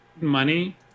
money